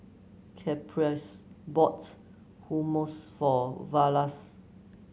Caprice Hummus for Vlasta